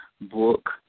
book